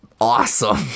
awesome